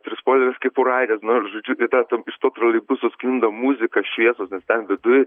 trispalves kepuraites na žodžiu į tą ten į sto troleibuso sklinda muzika šviesa nes ten viduj